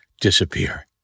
disappear